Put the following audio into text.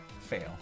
fail